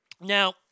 Now